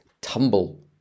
tumble